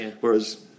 Whereas